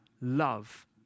love